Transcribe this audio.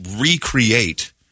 recreate